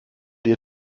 die